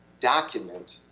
document